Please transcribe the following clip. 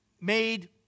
made